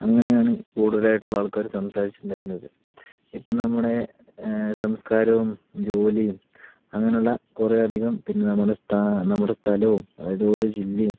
അങ്ങനെയാണ് കൂടുതലായിട്ടുള്ള ആൾക്കാര് സംസാരിച്ചിട്ടിണ്ടായിരുന്നത് ഇപ്പൊൾ നമ്മുടെ സംസ്കാരവും ജോലിയും അങ്ങനുള്ള കുറെയധികം പിന്നെ നമ്മുടെ സ്ഥാ നമ്മുടെ സ്ഥലവും അതുപോലെ ജില്ലയും